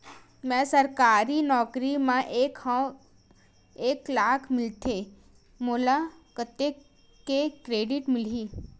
मैं सरकारी नौकरी मा हाव एक लाख मिलथे मोला कतका के क्रेडिट मिलही?